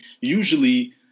usually